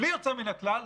בלי יוצא מן הכלל,